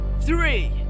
three